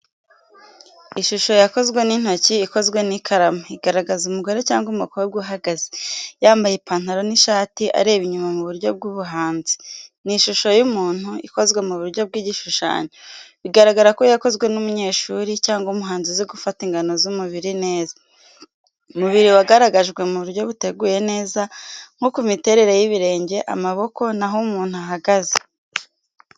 Ishusho yakozwe n’intoki, ikozwe n’ikaramu, igaragaza umugore cyangwa umukobwa uhagaze, yambaye ipantaro n'ishati, areba inyuma mu buryo bw'ubuhanzi. Ni ishusho y'umuntu, ikozwe mu buryo bw’igishushanyo, bigaragara ko yakozwe n’umunyeshuri, cyangwa umuhanzi uzi gufata ingano z’umubiri neza. Umubiri wagaragajwe mu buryo buteguye neza, nko ku miterere y’ibirenge, amaboko, n’aho umuntu ahagaze.